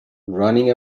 running